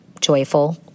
joyful